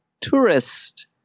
tourist